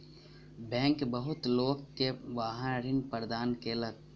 bank बहुत लोक के वाहन ऋण प्रदान केलक